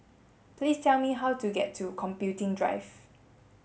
please tell me how to get to Computing Drive